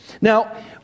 Now